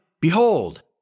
Behold